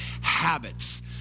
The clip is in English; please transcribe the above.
habits